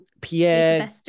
Pierre